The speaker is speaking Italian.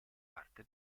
parte